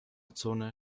zone